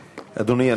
אדוני,